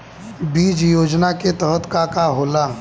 बीज योजना के तहत का का होला?